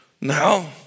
Now